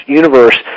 universe